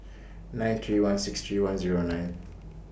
nine three one six three one Zero nine